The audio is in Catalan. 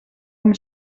amb